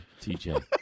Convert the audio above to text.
TJ